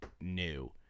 new